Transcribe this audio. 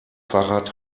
fahrrad